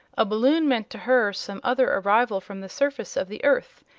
a balloon meant to her some other arrival from the surface of the earth,